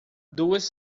duas